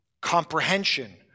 Comprehension